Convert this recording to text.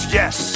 yes